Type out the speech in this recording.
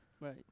Right